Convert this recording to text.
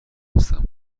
هستم